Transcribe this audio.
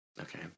okay